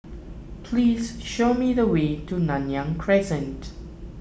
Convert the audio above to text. please show me the way to Nanyang Crescent